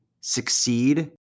succeed